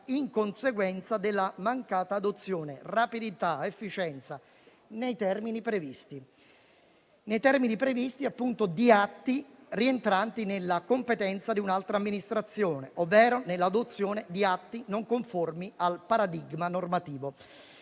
in conseguenza della mancata adozione, con rapidità ed efficienza, nei termini previsti di atti rientranti nella competenza di un'altra amministrazione, ovvero nell'adozione di atti non conformi al paradigma normativo.